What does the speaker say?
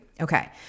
Okay